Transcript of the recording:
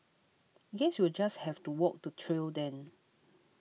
guess you'll just have to walk the trail then